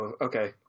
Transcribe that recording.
okay